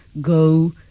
go